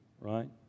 right